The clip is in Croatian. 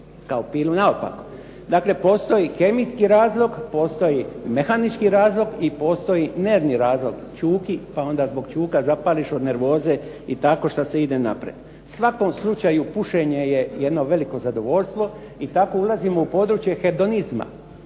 kao ili naopako. Dakle postoji kemijski razlog, postoji mehanički razlog i postoji nervni razlog, ćuki pa onda zbog ćuka zapališ od nervoze i tako šta se ide napred. U svakom slučaju pušenje je jedno veliko zadovoljstvo i kako ulazimo u područje hedonizma.